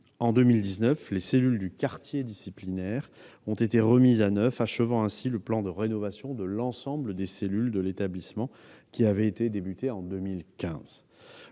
en 2019, les cellules du quartier disciplinaire ont été remises à neuf, achevant ainsi le plan de rénovation de l'ensemble des cellules de l'établissement, commencé en 2015.